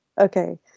okay